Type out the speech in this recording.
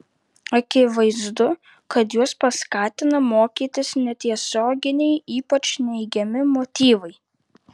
akivaizdu kad juos paskatina mokytis netiesioginiai ypač neigiami motyvai